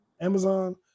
Amazon